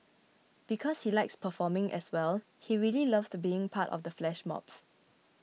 because he likes performing as well he really loved being a part of the flash mobs